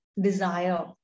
desire